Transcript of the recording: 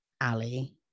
Ali